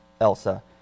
ELSA